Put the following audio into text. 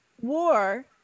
war